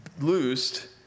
loosed